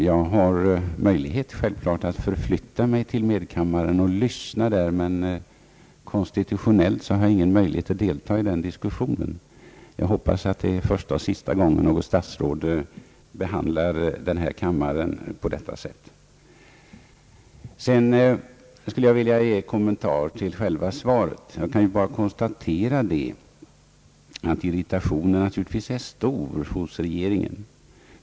Jag har självfallet möjlighet att för flytta mig till medkammaren och lyssna där, men konstitutionellt har jag ingen möjlighet att delta i den diskussionen. Jag hoppas att det är första och sista gången något statsråd behandlar den här kammaren på detta sätt. Sedan skulle jag vilja göra en kommentar till själva svaret. Jag kan konstatera att irritationen naturligtvis är stor hos regeringen.